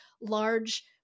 large